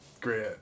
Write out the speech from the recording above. Great